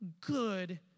good